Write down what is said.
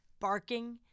barking